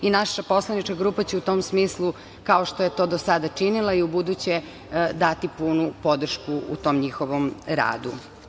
Naša poslanička grupa će u tom smislu, kao što je to do sada činila, i u buduće dati punu podrškom u tom njihovom radu.